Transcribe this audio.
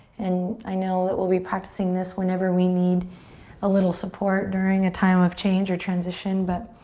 and i know that we'll be practicing this whenever we need a little support during a time of change or transition, but